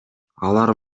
алар